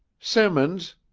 symonds!